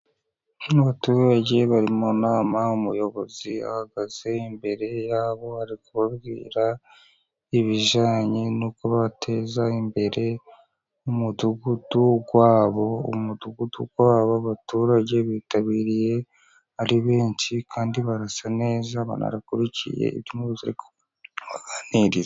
Abaturage bari mu nama. Umuyobozi ahagaze imbere yabo ari kubabwira ibijyanye no kubateza imbere mu mudugudu wabo. Aba baturage bitabiriye ari benshi kandi barasa neza, banakurikiye ibyo umuyobozi ari kubaganiriza.